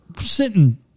sitting